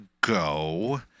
go